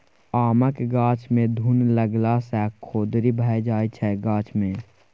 आमक गाछ मे घुन लागला सँ खोदरि भए जाइ छै गाछ मे